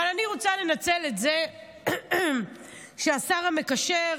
אבל אני רוצה לנצל את זה שהשר המקשר,